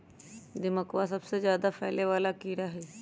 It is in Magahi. दीमकवा सबसे ज्यादा फैले वाला कीड़ा हई